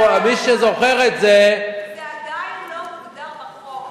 זה עדיין לא מוגדר בחוק,